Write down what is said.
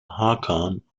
hakan